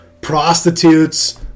prostitutes